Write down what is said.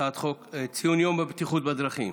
להצעות לסדר-היום: ציון יום הבטיחות בדרכים,